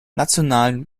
nationalen